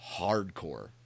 hardcore